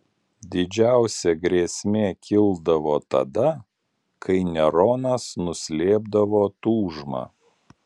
didžiausia grėsmė kildavo tada kai neronas nuslėpdavo tūžmą